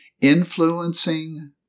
influencing